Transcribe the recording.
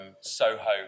Soho